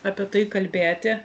apie tai kalbėti